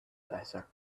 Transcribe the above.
better